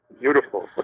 Beautiful